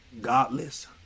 godless